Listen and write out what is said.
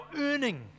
earning